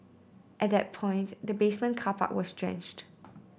at that point the basement car park was drenched